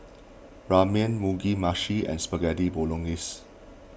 Ramen Mugi Meshi and Spaghetti Bolognese